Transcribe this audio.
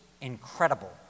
incredible